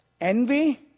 Envy